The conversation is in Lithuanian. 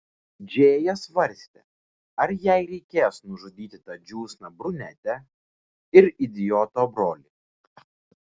džėja svarstė ar jai reikės nužudyti tą džiūsną brunetę ir idioto brolį